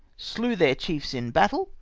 slew their chiefs in battle,